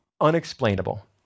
unexplainable